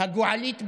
הגועלית ביותר,